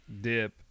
dip